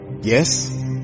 Yes